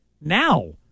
now